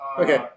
Okay